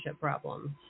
problems